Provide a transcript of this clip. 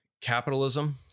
capitalism